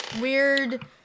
weird